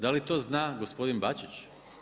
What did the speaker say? Da li to zna gospodin Bačić?